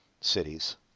cities